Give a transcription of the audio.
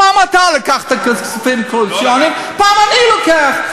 פעם אתה לקחת כספים קואליציוניים ופעם אני לוקח.